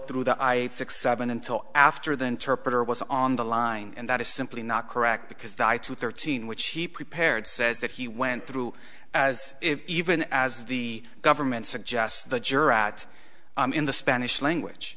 through the i six seven until after the interpreter was on the line and that is simply not correct because the i two thirteen which he prepared says that he went through as even as the government suggests the jurat in the spanish language